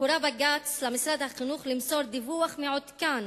הורה בג"ץ למשרד החינוך למסור דיווח מעודכן